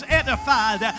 edified